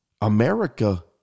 America